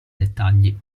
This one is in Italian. dettagli